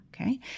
okay